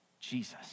Jesus